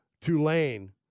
Tulane